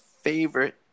favorite